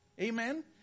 Amen